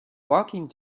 walking